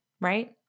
right